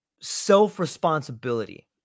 self-responsibility